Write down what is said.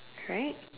right